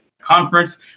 Conference